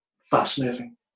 fascinating